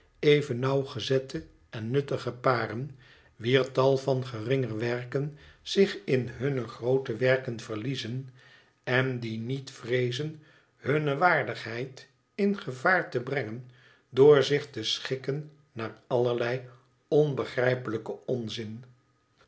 even nauwgezette en nuttige paren wier tal van geringer werken zich in hunne groote werken verliezen en die niet vreezen hunne waardigheid in gevaar te brengen door zich te schikken naar allerlei onbegrijpelijken onzin